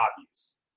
obvious